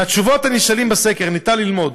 מתשובות הנשאלים בסקר ניתן ללמוד